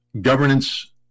governance